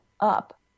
up